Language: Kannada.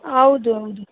ಹೌದು ಹೌದು